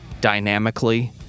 dynamically